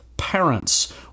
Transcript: parents